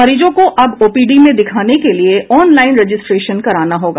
मरीजों को अब ओपीडी में दिखाने को लिए ऑनलाईन रजिस्ट्रेशन कराना होगा